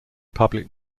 public